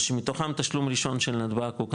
שמתוכם תשלום ראשון של נתב"ג הוא כמה?